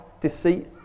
deceit